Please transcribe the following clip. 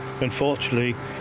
Unfortunately